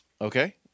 Okay